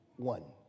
one